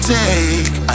take